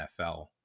NFL